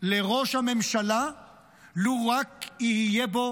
לראש הממשלה לו רק תהיה בו